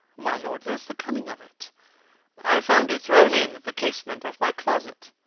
my lord, there's the cunning of it i found it thrown in at the casement of my closet.